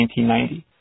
1990